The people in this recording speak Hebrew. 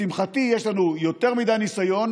לשמחתי יש לנו יותר מדי ניסיון,